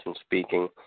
speaking